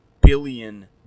billion